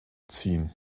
ziehen